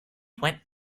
went